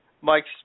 Mike's